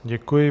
Děkuji.